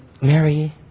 Mary